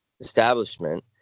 establishment